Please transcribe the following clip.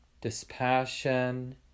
dispassion